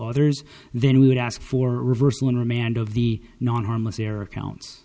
others then we would ask for a reversal on remand of the non harmless error counts